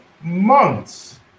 months